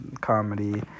comedy